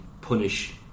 punish